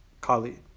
Kali